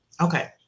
Okay